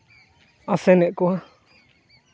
ᱟᱥᱮᱱᱮᱜ ᱠᱚᱣᱟ